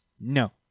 no